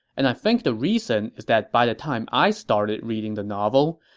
and i think the reason is that by the time i started reading the novel,